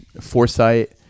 foresight